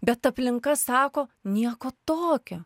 bet aplinka sako nieko tokio